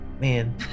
man